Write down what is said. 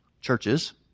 churches